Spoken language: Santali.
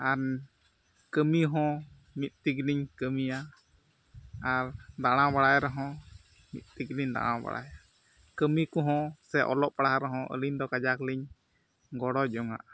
ᱟᱨ ᱠᱟᱹᱢᱤ ᱦᱚᱸ ᱢᱤᱫ ᱛᱮᱜᱮ ᱞᱤᱧ ᱠᱟᱹᱢᱤᱭᱟ ᱟᱨ ᱫᱟᱬᱟ ᱵᱟᱲᱟᱭ ᱨᱮᱦᱚᱸ ᱢᱤᱫ ᱛᱮᱜᱮ ᱞᱤᱧ ᱫᱟᱬᱟ ᱵᱟᱲᱟᱭᱟ ᱠᱟᱹᱢᱤ ᱠᱚᱦᱚᱸ ᱥᱮ ᱚᱞᱚᱜ ᱯᱟᱲᱦᱟᱜ ᱨᱮᱦᱚᱸ ᱟᱹᱞᱤᱧ ᱫᱚ ᱠᱟᱡᱟᱠ ᱞᱤᱧ ᱜᱚᱲᱚ ᱡᱚᱱᱚᱜᱼᱟ